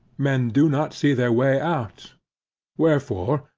men do not see their way out wherefore,